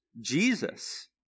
Jesus